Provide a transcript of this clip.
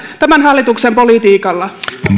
tämän hallituksen politiikalla